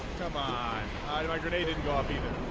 come on automated lobby their